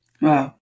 Wow